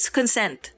consent